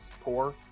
poor